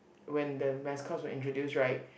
when the mascots were introduced right